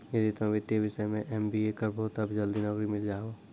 यदि तोय वित्तीय विषय मे एम.बी.ए करभो तब जल्दी नैकरी मिल जाहो